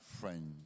friends